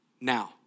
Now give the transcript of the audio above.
Now